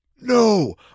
No